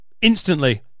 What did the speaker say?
instantly